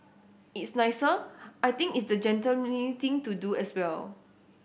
it's nicer I think it's the gentlemanly thing to do as well